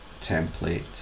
template